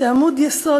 שעמוד יסוד,